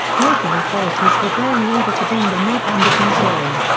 local authorities were barely able to bring the mob under control.